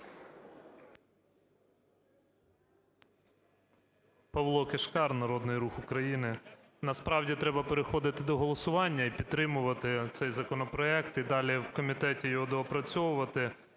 Павло Кишкар, "Народний рух України". Насправді треба переходити до голосування і підтримувати цей законопроект, і далі в комітеті його доопрацьовувати.